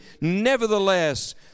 Nevertheless